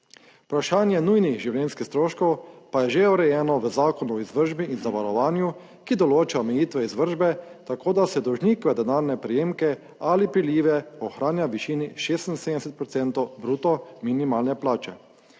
Vprašanje nujnih življenjskih stroškov pa je že urejeno v Zakonu o izvršbi in zavarovanju, ki določa omejitve izvršbe tako, da se dolžnikove denarne prejemke ali prilive ohranja v višini 76 % bruto minimalne plače.